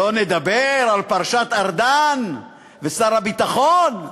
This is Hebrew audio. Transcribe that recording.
שלא לדבר על פרשת ארדן ושר הביטחון.